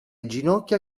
ginocchia